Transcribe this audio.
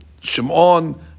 Shimon